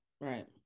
Right